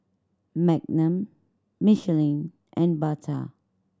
Magnum Michelin and Bata